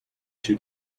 two